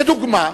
לדוגמה,